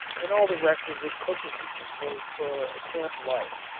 and all the requisite cooking utensils for a camp life.